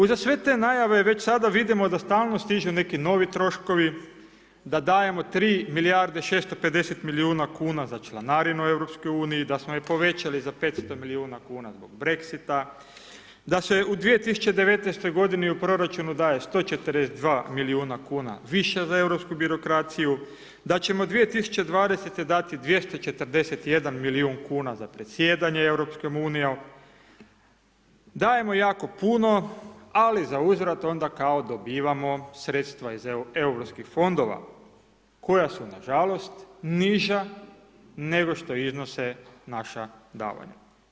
Uza sve te najave već sada vidimo da stalno stižu neki novi troškovi, da dajemo 3 milijarde 650 milijuna kuna za članarinu Europskoj uniji, da smo je povećali za 500 milijuna zbog Brexit-a, da se u 2019. godini u proračunu daje 142 milijuna kuna više za europsku birokraciju, da ćemo 2020. dati 241 milijun kuna za predsjedanje Europskom unijom, dajemo jako puno, ali za uzvrat onda kao dobivamo sredstva iz europskih fondova koja su nažalost niža nego što iznose naša davanja.